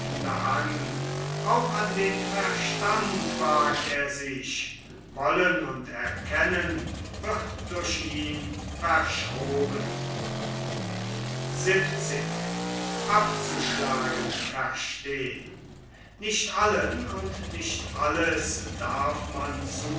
auch an den verstand wagt er sich wollen und erkennen wird durch ihn verschroben nicht allen und nicht alles darf man